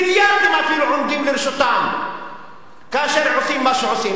מיליארדים אפילו עומדים לרשותם כאשר עושים מה שעושים,